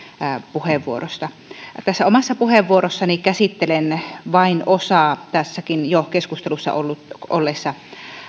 puheenvuorosta tässä omassa puheenvuorossani käsittelen vain osaa tässäkin keskustelussa jo olleista